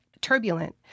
turbulent